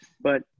But-